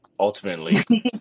Ultimately